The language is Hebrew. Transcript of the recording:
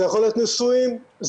זה יכול להיות נישואים זרים,